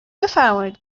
بفرمایید